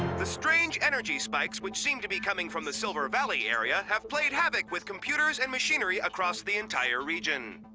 the strange energy spikes which seem to be coming from the silver valley area have played havoc with computers and machinery across the entire region.